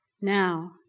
Now